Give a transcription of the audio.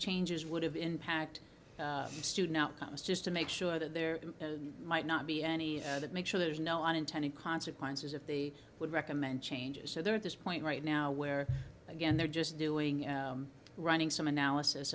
changes would have impact student outcomes just to make sure that there might not be any that make sure there's no unintended consequences of the would recommend changes so they're at this point right now where again they're just doing running some analysis